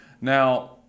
Now